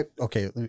okay